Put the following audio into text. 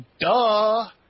duh